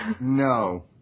No